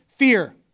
Fear